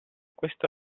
questo